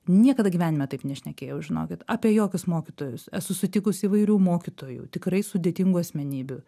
niekada gyvenime taip nešnekėjau žinokit apie jokius mokytojus esu sutikus įvairių mokytojų tikrai sudėtingų asmenybių